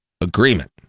agreement